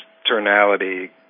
externality